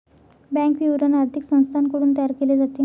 bank विवरण आर्थिक संस्थांकडून तयार केले जाते